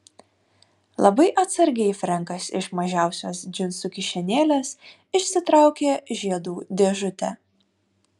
labai atsargiai frenkas iš mažiausios džinsų kišenėlės išsitraukė žiedų dėžutę